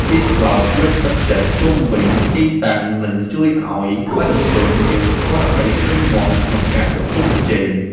ពាក្យស្លោកលើកទឹកចិត្តជុំវិញទីតាំងនឹងជួយឱ្យបេក្ខជនមានស្មារតីរឹងមាំក្នុងការប្រកួតប្រជែង។